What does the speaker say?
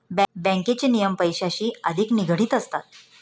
बँकेचे नियम पैशांशी अधिक निगडित असतात